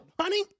honey